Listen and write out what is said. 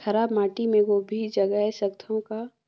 खराब माटी मे गोभी जगाय सकथव का?